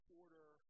order